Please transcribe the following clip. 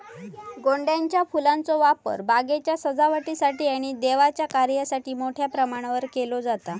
गोंड्याच्या फुलांचो वापर बागेच्या सजावटीसाठी आणि देवाच्या कार्यासाठी मोठ्या प्रमाणावर केलो जाता